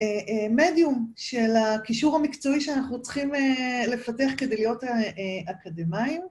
מדיום של הכישור המקצועי שאנחנו צריכים לפתח כדי להיות אקדמאים.